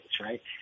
right